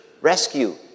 rescue